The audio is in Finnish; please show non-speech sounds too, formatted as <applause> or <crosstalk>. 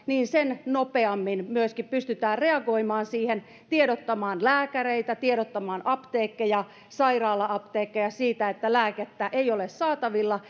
<unintelligible> niin sen nopeammin pystytään myöskin reagoimaan siihen tiedottamaan lääkäreitä tiedottamaan apteekkeja sairaala apteekkeja siitä että lääkettä ei ole saatavilla <unintelligible>